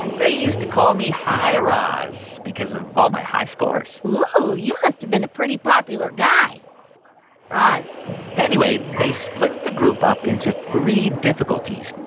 they used to call me high raz because of all my high scores ooh, you must have been a pretty popular guy raz anyway, they split the group up into three difficulties.